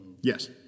Yes